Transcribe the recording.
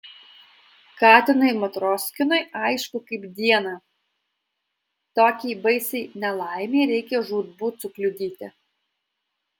katinui matroskinui aišku kaip dieną tokiai baisiai nelaimei reikia žūtbūt sukliudyti